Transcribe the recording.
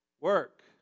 Work